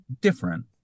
different